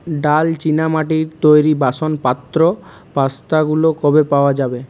ডাল চীনামাটির তৈরি বাসনপাত্র পাস্তাগুলো কবে পাওয়া যাবে